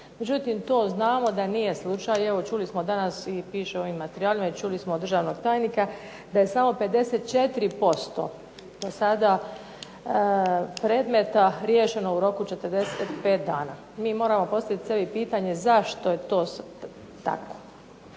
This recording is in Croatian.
Međutim, to znamo da nije slučaj, čuli smo danas, piše u ovim materijalima i čuli smo od državnog tajnika da je samo 54% do sada predmeta riješeno u roku 45 dana. Mi moramo sebi postaviti pitanje zašto je to tako.